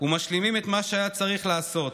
ומשלימים את מה שהיה צריך לעשות,